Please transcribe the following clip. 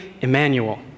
Emmanuel